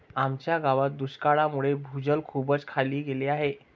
आमच्या गावात दुष्काळामुळे भूजल खूपच खाली गेले आहे